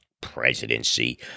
presidency